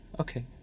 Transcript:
Okay